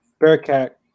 bearcat